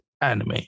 anime